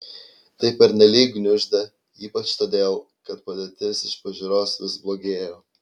tai pernelyg gniuždė ypač todėl kad padėtis iš pažiūros vis blogėjo